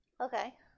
Okay